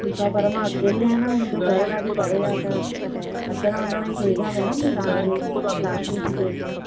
ठीकु आहे पर मां अकेली आहियां न मुंहिंजो घर ॾाढी परे आहे त अचनि वञनि जी सुविधा मिलंदी तव्हांजे डांसीस जी जोत मां